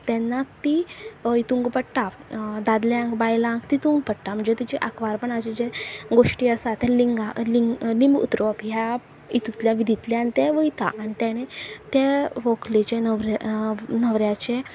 ते ती हितूंक पडटा दादल्यांक बायलांक तितूंक पडटा म्हणजे तिचे आंकवारपणाचे जे गोश्टी आसात ते लिंगा लिंग लिंग उतरप ह्या हितूंतल्या विधिंतल्यान ते वयता आनी तेणे ते व्हंकलेचें न्हवऱ्याचें